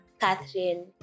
Catherine